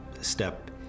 step